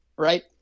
Right